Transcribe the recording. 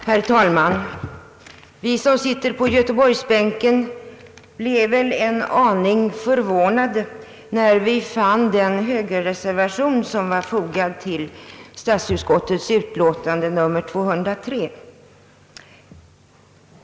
Herr talman! Vi som sitter på Göteborgsbänken blev väl en aning förvånade när vi fann den högerreservation, som var fogad till statsutskottets utlå tande nr 203.